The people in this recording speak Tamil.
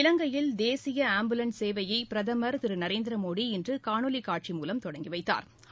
இலங்கையில் தேசிய ஆம்புலன்ஸ் சேவையை பிரதம் திரு நரேந்திர மோடி இன்று காணொலி காட்சி மூலம் தொடங்கிவைத்தாா்